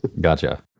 Gotcha